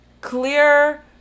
clear